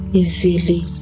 easily